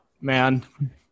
man